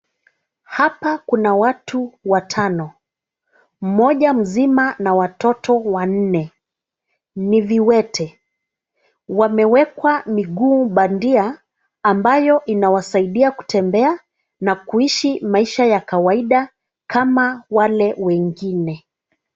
Hapa kuna watu watano, mmoja mzima na watoto wanne, ni viwete. Wamewekwa miguu bandia ambayo inawasaidia kutembea na kuishi maisha ya kawaida kama wale wengine.